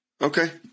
Okay